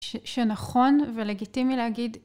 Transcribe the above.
שנכון ולגיטימי להגיד